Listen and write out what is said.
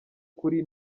kuri